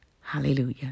Hallelujah